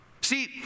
See